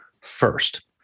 first